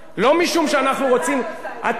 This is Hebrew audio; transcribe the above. לא משום שאנחנו רוצים רק את ערוץ-10,